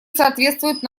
соответствует